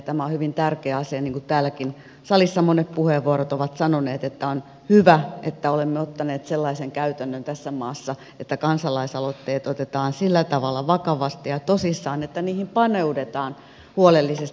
tämä on hyvin tärkeä asia niin kuin täälläkin salissa monissa puheenvuoroissa on sanottu että on hyvä että olemme ottaneet sellaisen käytännön tässä maassa että kansalaisaloitteet otetaan sillä tavalla vakavasti ja tosissaan että niihin paneudutaan huolellisesti